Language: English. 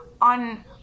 on